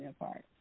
apart